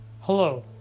Hello